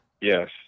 yes